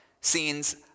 Scenes